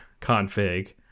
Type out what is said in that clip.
config